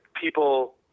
people